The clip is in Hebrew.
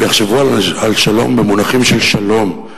ויחשבו על שלום במונחים של שלום,